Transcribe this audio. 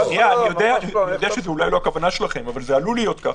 עלול להיות כך.